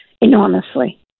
enormously